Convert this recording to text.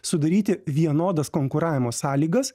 sudaryti vienodas konkuravimo sąlygas